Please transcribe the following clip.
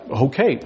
Okay